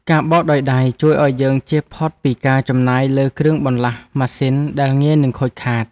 ការបោកដោយដៃជួយឱ្យយើងចៀសផុតពីការចំណាយលើគ្រឿងបន្លាស់ម៉ាស៊ីនដែលងាយនឹងខូចខាត។